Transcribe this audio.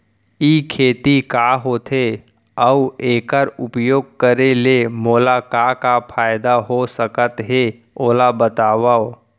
ई खेती का होथे, अऊ एखर उपयोग करे ले मोला का का फायदा हो सकत हे ओला बतावव?